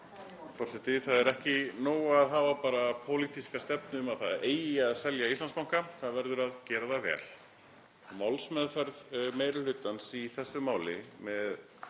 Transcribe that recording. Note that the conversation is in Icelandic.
Það er ekki nóg að hafa bara pólitíska stefnu um að það eigi að selja Íslandsbanka, það verður að gera það vel. Málsmeðferð meiri hlutans í þessu máli,